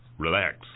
Relax